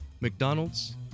McDonald's